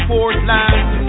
Portland